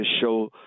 show